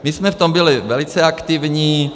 My jsme v tom byli velice aktivní.